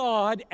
God